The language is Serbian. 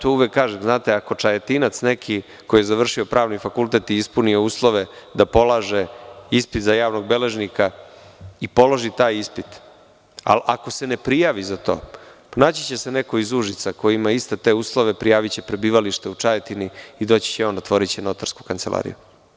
Uvek kažem, ako Čajetinac neki koji je završio pravni fakultet i ispunio uslove da polaže ispit za javnog beležnika i položi taj ispit, ali ako se ne prijavi za to, pronaći će se neko iz Užica ko ima iste te uslove, prijaviće prebivalište u Čajetini i doći će on, otvoriće notarsku kancelariju.